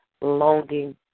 longing